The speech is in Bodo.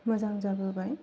मोजां जाबोबाय